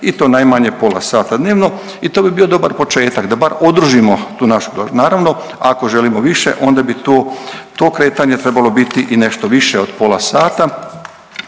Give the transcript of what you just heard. i to najmanje pola sata dnevno i to bi bio dobar početak da bar održimo tu našu …/Govornik se ne razumije/…. Naravno ako želimo više onda bi to, to kretanje trebalo biti i nešto više od pola sata